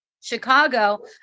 Chicago